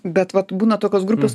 bet vat būna tokios grupės